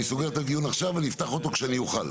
סוגר את הדיון עכשיו ואפתח אותו כשאוכל.